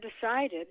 decided